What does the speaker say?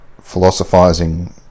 philosophizing